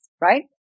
right